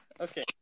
Okay